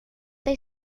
they